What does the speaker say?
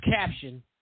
caption